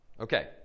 Okay